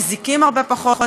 מזיקים הרבה פחות,